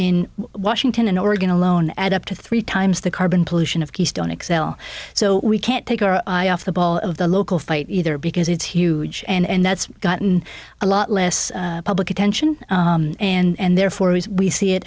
in washington and oregon alone add up to three times the carbon pollution of keystone x l so we can't take our eye off the ball of the local fight either because it's huge and that's gotten a lot less public attention and therefore we see it